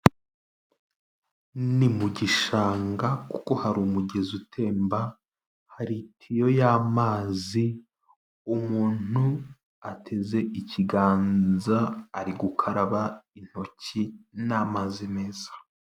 Ni mu gishanga kuko hari umugezi utemba, hari itiyo y'amazi, umuntu ateze ikiganza ari gukaraba intoki n'amazi meza.